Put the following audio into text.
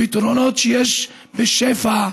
פתרונות שיש בשפע.